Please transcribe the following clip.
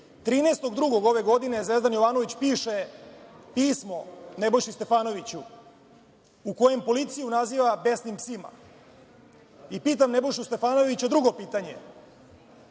13. februara, Zvezdan Jovanović piše pismo Nebojši Stefanoviću u kojem policiju naziva besnim psima. Pitam Nebojšu Stefanoviću drugo pitanje